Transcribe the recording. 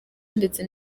ndetse